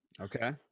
Okay